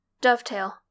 Dovetail